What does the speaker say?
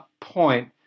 point